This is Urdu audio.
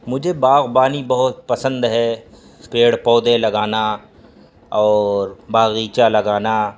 مجھے باغبانی بہت پسند ہے پیڑ پودے لگانا اور باغیچہ لگانا